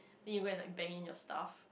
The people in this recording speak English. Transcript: then you go and like bank in your stuff